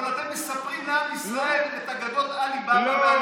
אבל אתם מספרים לעם ישראל את אגדות עלי באבא,